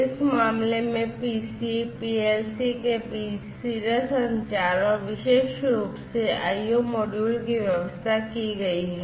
इस मामले में PCs PLCs के बीच serial संचार और विशेष रूप से IO मॉड्यूल की व्यवस्था की गई है